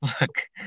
Look